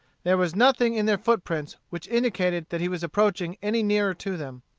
there was nothing in their foot-prints which indicated that he was approaching any nearer to them.